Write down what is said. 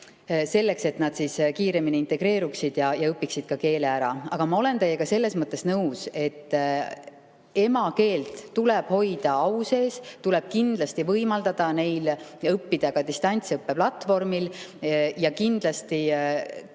koolides, et nad kiiremini integreeruksid ja õpiksid ka [kohaliku] keele ära. Aga ma olen teiega selles mõttes nõus, et emakeelt tuleb hoida au sees. Tuleb kindlasti võimaldada neil õppida ka distantsõppe platvormil ja kindlasti heas